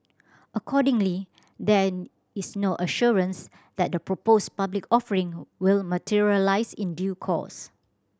accordingly there is no assurance that the proposed public offering will materialise in due course